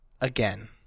again